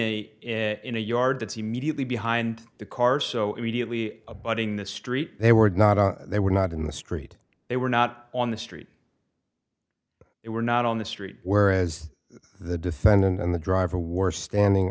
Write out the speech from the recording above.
a in a yard that's immediately behind the car so immediately abutting the street they were not they were not in the street they were not on the street it were not on the street whereas the defendant and the driver were standing